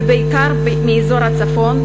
ובעיקר באזור הצפון,